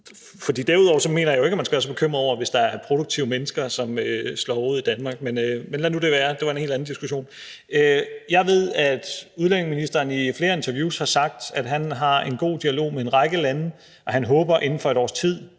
For derudover mener jeg jo ikke, at man skal være så bekymret over, hvis der er produktive mennesker, som slår rod i Danmark. Men lad nu det være. Det er en helt anden diskussion. Jeg ved, at udlændingeministeren i flere interviews har sagt, at han har en god dialog med en række lande, og at han håber, at man inden for et års tid